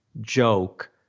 joke